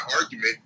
argument